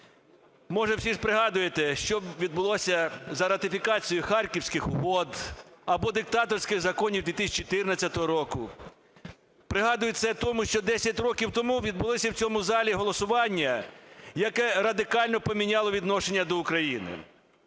Може, всі пригадуєте що відбулося за ратифікацією Харківських угод або диктаторських законів 2014 року. Пригадується тому, що 10 років тому відбулося в цьому залі голосування, яке радикально поміняло відношення до України.